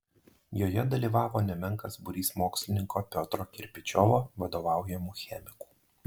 joje dalyvavo nemenkas būrys mokslininko piotro kirpičiovo vadovaujamų chemikų